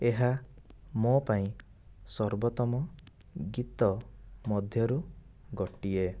ଏହା ମୋ ପାଇଁ ସର୍ବୋତ୍ତମ ଗୀତ ମଧ୍ୟରୁ ଗୋଟିଏ